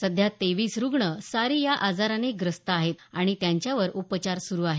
सध्या तेवीस रुग्ण सारी या आजाराने ग्रस्त आहेत आणि त्यांच्यावर उपचार सुरू आहेत